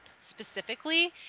specifically